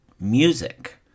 music